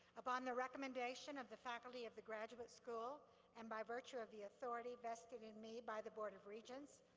upon the recommendation of the faculty of the graduate school and by virtue of the authority vested in me by the board of regents,